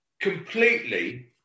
completely